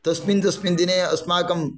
तस्मिन् तस्मिन् दिने अस्माकम्